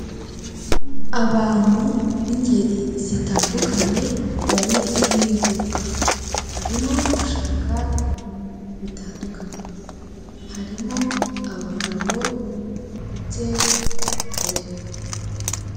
Abantu b'ingeri zitandukanye bari mu iduka barimo gushaka ibintu bitandukanye harimo abagabo ndetse n'abagore.